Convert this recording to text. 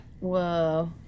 whoa